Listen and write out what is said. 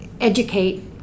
educate